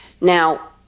Now